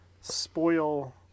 spoil